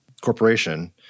corporation